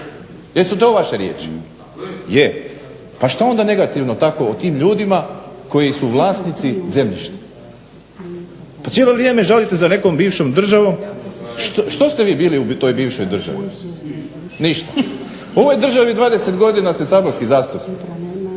jesu to vaše riječi? Je. Pa što onda negativno tako o tim ljudima koji su vlasnici zemljišta. Pa cijelo vrijeme žalite za nekom bivšom državom. Što ste vi vili u toj bivšoj državi. Ništa. U ovoj državi 20 godina ste saborski zastupnik,